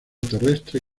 terrestre